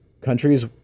countries